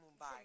Mumbai